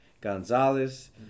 Gonzalez